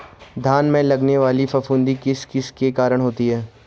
धान में लगने वाली फफूंदी किस किस के कारण होती है?